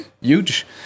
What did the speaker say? huge